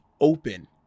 open